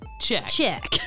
Check